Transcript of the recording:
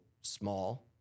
small